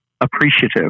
appreciative